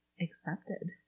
accepted